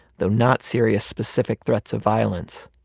though not serious specific threats of violence.